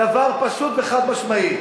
דבר פשוט וחד-משמעי: